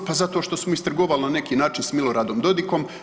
Pa zato što smo istrgovali na neki način s Miloradom Dodikom.